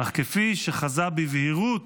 אך כפי שחזה בבהירות,